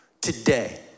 today